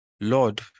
Lord